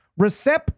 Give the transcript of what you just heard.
Recep